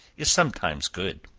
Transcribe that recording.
is sometimes good